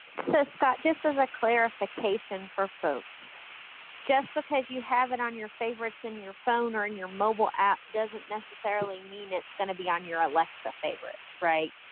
so scott, just as a clarification for folks just because you have it on your favorites in your phone or your mobile app doesn't necessarily mean it's gonna be on your alexa favorites right?